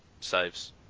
saves